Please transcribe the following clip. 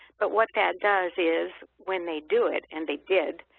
but what that does is when they do it, and they did.